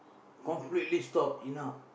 completely stop enough